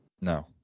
No